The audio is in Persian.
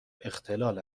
اختلال